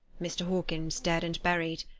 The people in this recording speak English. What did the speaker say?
mr. hawkins dead and buried,